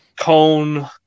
cone